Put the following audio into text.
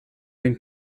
den